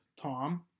tom